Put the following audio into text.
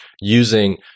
using